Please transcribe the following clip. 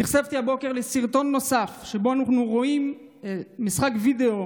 נחשפתי הבוקר לסרטון נוסף שבו אנחנו רואים משחק וידיאו